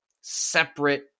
separate